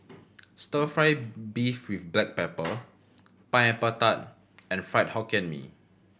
Stir Fry beef with black pepper Pineapple Tart and Fried Hokkien Mee